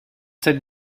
cette